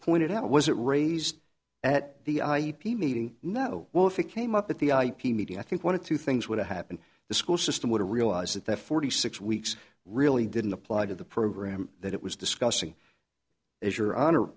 pointed out it wasn't raised at the ip meeting not oh well if it came up at the ip media i think one of two things would have happened the school system would have realized that that forty six weeks really didn't apply to the program that it was discussing as your honor